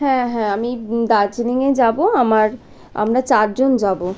হ্যাঁ হ্যাঁ আমি দার্জিলিংয়ে যাবো আমার আমরা চারজন যাবো